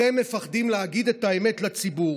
אתם מפחדים להגיד את האמת לציבור